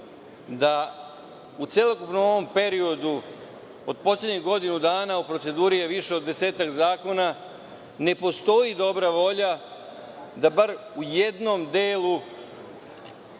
je u celokupnom ovom periodu od poslednjih godinu dana u proceduri više od desetak zakona i ne postoji dobra volja da se bar u jednom delu